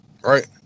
Right